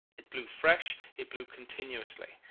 it blew fresh, it blew continuously.